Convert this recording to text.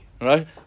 right